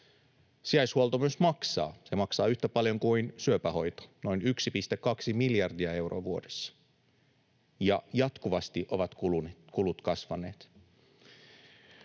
Sijaishuolto myös maksaa. Se maksaa yhtä paljon kuin syöpähoito — noin 1,2 miljardia euroa vuodessa — ja jatkuvasti ovat kulut kasvaneet.